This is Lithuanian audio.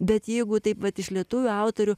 bet jeigu taip vat iš lietuvių autorių